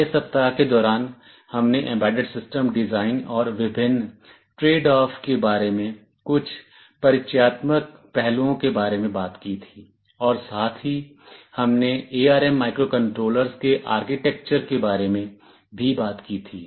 पहले सप्ताह के दौरान हमने एम्बेडेड सिस्टम डिज़ाइन और विभिन्न ट्रेडऑफ़ के बारे में कुछ परिचयात्मक पहलुओं के बारे में बात की थी और साथ ही हमने एआरएम माइक्रोकंट्रोलर्स के आर्किटेक्चर के बारे में भी बात की थी